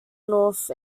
north